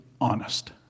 honest